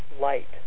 light